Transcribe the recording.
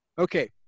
Okay